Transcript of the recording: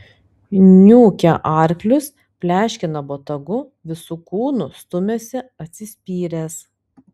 niūkia arklius pleškina botagu visu kūnu stumiasi atsispyręs